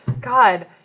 God